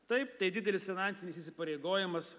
taip tai didelis finansinis įsipareigojimas